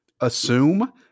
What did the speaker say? assume